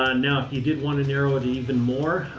ah now, if you did want to narrow it even more,